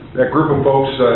group of folks